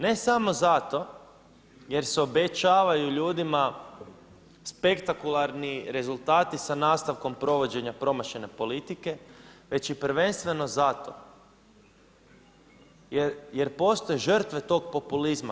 Ne samo zato jer se obećavaju ljudima spektakularni rezultati sa nastavkom provođenja promašene politike već i prvenstveno zato jer postoje žrtve tog populizma.